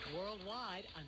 worldwide